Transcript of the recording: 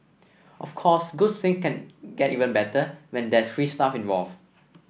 of course good things can get even better when there's free stuff involve